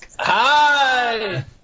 Hi